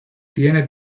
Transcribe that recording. tiene